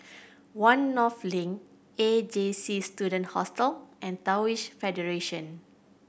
One North Link A J C Student Hostel and Taoist Federation